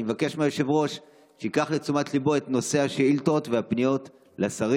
אני מבקש מהיושב-ראש שייקח לתשומת ליבו את נושא השאילתות והפניות לשרים.